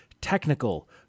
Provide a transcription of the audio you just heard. Technical